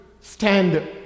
stand